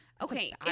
Okay